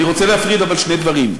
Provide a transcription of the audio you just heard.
אבל אני רוצה להפריד בין שני דברים.